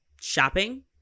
shopping